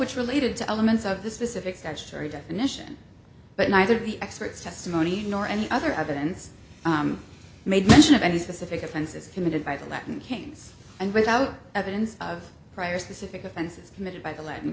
which related to elements of the specific statutory definition but neither the expert testimony nor any other evidence made mention of any specific offenses committed by the latin kings and without evidence of prior specific offenses committed by the l